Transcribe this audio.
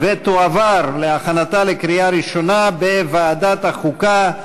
ותועבר להכנתה לקריאה ראשונה בוועדת החוקה,